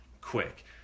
quick